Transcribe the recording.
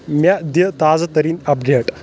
مےٚ دِ تازٕ تٔریٖن اپ ڈیٹ